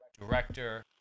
director